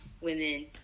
women